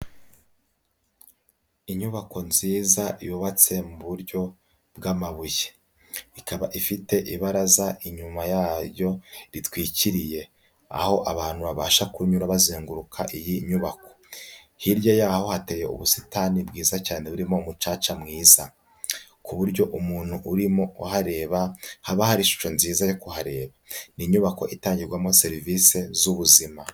Inyubako nziza yubatse mu buryo bw'amabuye, ikaba ifite ibaraza inyuma yayo ritwikiriye, aho abantu babasha kunyura bazenguruka iyi nyubako, hirya yaho hateye ubusitani bwiza cyane burimo umucaca mwiza, ku buryo umuntu urimo uhareba haba hari ishusho nziza yo kuhareba, ni inyubako itangirwamo serivisi z'ubuzima.